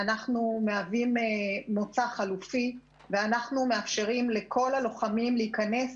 אנחנו מהווים מוצא חלופי ואנחנו מאפשרים לכל הלוחמים להיכנס